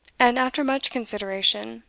and, after much consideration,